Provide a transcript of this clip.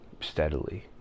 steadily